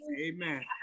Amen